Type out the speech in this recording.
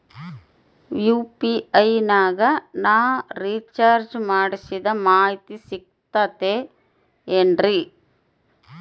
UPI ನಾಗ ನಾ recharge ಮಾಡಿಸಿದ ಮಾಹಿತಿ ಸಿಕ್ತದೆ ಏನ್ರಿ?